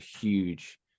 huge